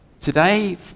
today